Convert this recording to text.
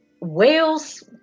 whales